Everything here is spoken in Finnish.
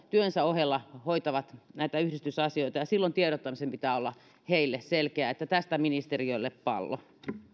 työnsä ohella hoitavat näitä yhdistysasioita ja silloin tiedottamisen pitää olla heille selkeää tästä ministeriölle pallo